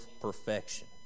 perfection